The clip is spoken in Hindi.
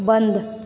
बंद